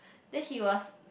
then he was